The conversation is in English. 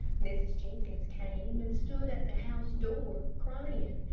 mrs. jenkins came and stood at the house door, crying,